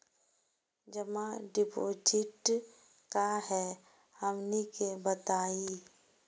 जमा डिपोजिट का हे हमनी के बताई?